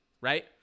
right